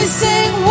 sing